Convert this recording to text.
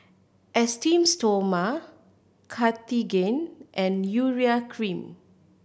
Esteem Stoma Cartigain and Urea Cream